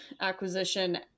acquisition